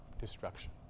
destruction